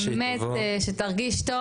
באמת שתרגיש טוב.